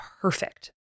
perfect